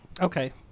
Okay